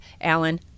Alan